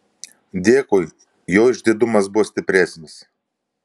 dėkui jo išdidumas buvo stipresnis